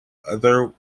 otherworldly